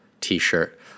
t-shirt